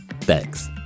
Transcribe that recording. Thanks